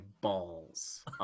balls